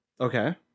Okay